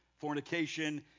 fornication